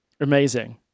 Amazing